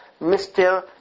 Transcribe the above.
Mr